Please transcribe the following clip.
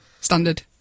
Standard